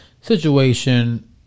situation